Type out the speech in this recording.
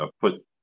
put